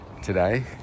today